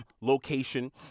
location